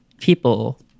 people